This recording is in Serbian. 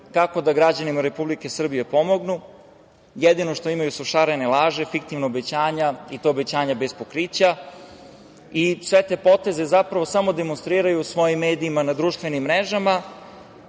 kako da građanima Republike Srbije pomognu. Jedino što imaju su šarene laže, fiktivna obećanja i to obećanja bez pokrića. Sve te poteze zapravo demonstriraju svojim medijima na društvenim mrežama,